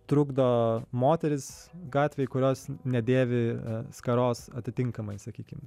trukdo moteris gatvėj kurios nedėvi skaros atitinkamai sakykim